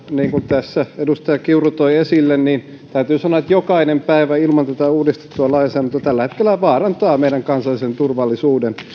tässä edustaja kiuru toi esille niin täytyy sanoa että tällä hetkellä jokainen päivä ilman tätä uudistettua lainsäädäntöä vaarantaa meidän kansallisen turvallisuutemme